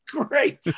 Great